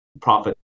profit